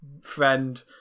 friend